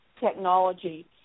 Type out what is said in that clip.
technology